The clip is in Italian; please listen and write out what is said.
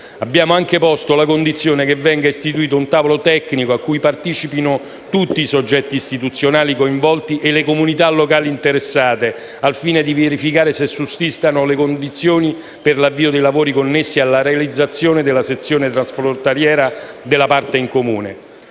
Abbiamo anche posto la condizione che venga istituito un tavolo tecnico cui partecipino tutti i soggetti istituzionali coinvolti e le comunità locali interessate, al fine di verificare se sussistano le condizioni per l'avvio dei lavori connessi alla realizzazione della sezione transfrontaliera della parte in comune.